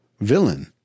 villain